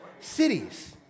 Cities